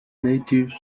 native